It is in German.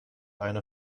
eine